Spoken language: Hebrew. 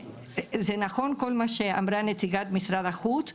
זה נכון כל מה שאמרה נציגת משרד החוץ,